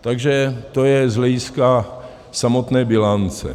Takže to je z hlediska samotné bilance.